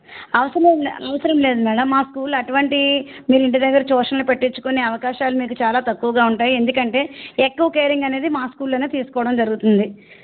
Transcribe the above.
అవసరం అవసరం లేదు మేడం మా స్కూల్ అటువంటి మీరింటి దగ్గర ట్యూషన్లు పెట్టించుకునే అవకాశాలు మీకు చాలా తక్కువగా ఉంటాయి ఎందుకంటే ఎక్కువ కేరింగ్ అనేది మా స్కూల్లోనే తీసుకోవడం జరుగుతుంది